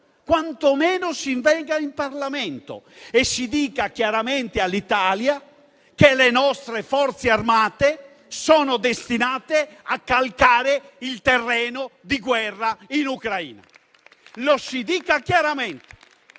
quantomeno si venga in Parlamento e si dica chiaramente all'Italia che le nostre Forze armate sono destinate a calcare il terreno di guerra in Ucraina. Lo si dica chiaramente,